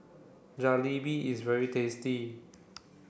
Jalebi is very tasty